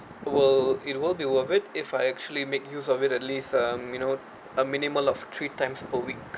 will it will be worth it if I actually make use of it at least uh you know a minimum of three times a week